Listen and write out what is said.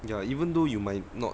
ya even though you might not